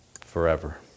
forever